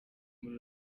muri